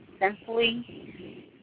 simply